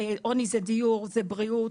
זה בריאות,